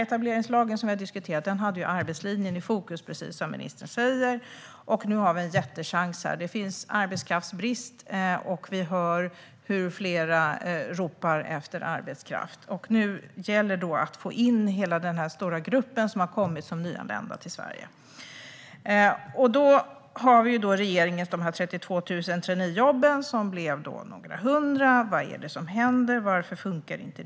Etableringslagen som vi har diskuterat hade arbetslinjen i fokus, precis som ministern säger. Nu har vi en jättechans här. Det finns arbetskraftsbrist, och vi hör hur fler ropar efter arbetskraft. Nu gäller det att få in hela den stora grupp som har kommit som nyanlända till Sverige. Vi har regeringens 32 000 traineejobb som blev några hundra. Vad är det som händer? Varför fungerar det inte?